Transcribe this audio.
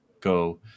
go